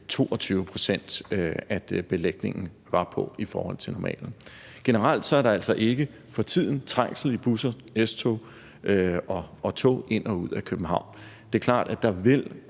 3. juni, var belægningen på cirka 22 pct. af normalen. Generelt er der altså ikke for tiden trængsel i busser, S-tog og tog ind og ud af København. Det er klart, at der vil